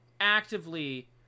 actively